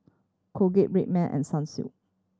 Colgate Red Man and Sunsilk